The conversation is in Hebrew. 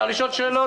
שאלות?